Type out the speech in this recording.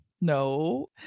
no